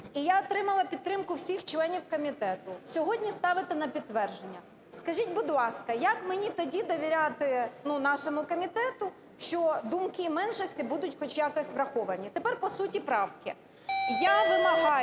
І я отримала підтримку всіх членів комітету. Сьогодні ставите на підтвердження. Скажіть, будь ласка, як мені тоді довіряти, ну, нашому комітету, що думки меншості будуть хоч якось враховані? Тепер по суті правки. Я вимагаю,